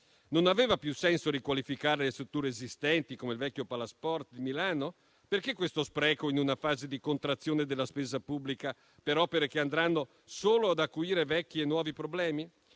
Non avrebbe avuto più senso riqualificare le strutture esistenti, come il vecchio Palasport di Milano? Perché questo spreco in una fase di contrazione della spesa pubblica per opere che andranno solo ad acuire vecchi e nuovi problemi?